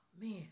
man